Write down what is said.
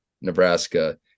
Nebraska